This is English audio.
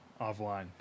Offline